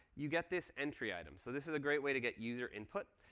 you get this entry item. so this is a great way to get user input.